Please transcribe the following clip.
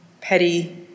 petty